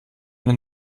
den